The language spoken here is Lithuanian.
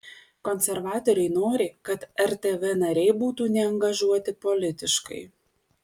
konservatoriai nori kad rtv nariai būtų neangažuoti politiškai